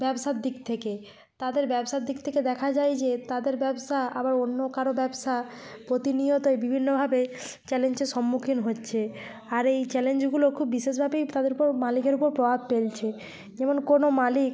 ব্যবসার দিক থেকে তাদের ব্যবসার দিক থেকে দেখা যায় যে তাদের ব্যবসা আবার অন্য কারোও ব্যবসা প্রতিনিয়তই বিভিন্নভাবে চ্যালেঞ্চের সম্মুখীন হচ্ছে আর এই চ্যালেঞ্জগুলো খুব বিশেষভাবেই তাদের উপর মালিকের উপর প্রভাব ফেলছে যেমন কোনো মালিক